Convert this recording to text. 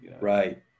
Right